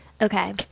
Okay